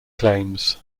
claims